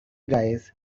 guys